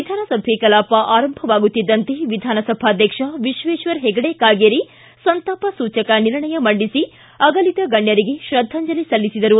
ವಿಧಾನಸಭೆ ಕಲಾಪ ಆರಂಭವಾಗುತ್ತಿದ್ದಂತೆ ವಿಧಾನಸಭಾಧ್ಯಕ್ಷ ವಿಶ್ವೇಶ್ವರ ಹೆಗಡೆ ಕಾಗೇರಿ ಸಂತಾಪ ಸೂಚಕ ನಿರ್ಣಯ ಮಂಡಿಸಿ ಅಗಲಿದ ಗಣ್ಯರಿಗೆ ಶ್ರದ್ದಾಂಜಲಿ ಸಲ್ಲಿಸಿದರು